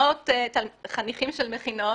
וחניכים של מכינות,